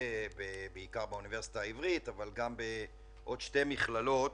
באוניברסיטה העברית ובעוד שתי מכללות.